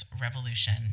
revolution